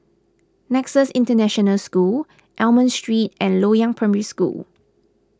Nexus International School Almond Street and Loyang Primary School